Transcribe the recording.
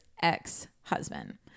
Ex-husband